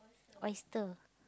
oyster